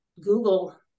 Google